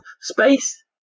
space